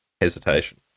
hesitation